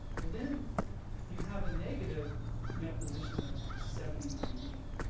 well then you have a negative net position of seventy nine million,